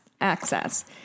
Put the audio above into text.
access